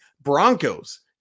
Broncos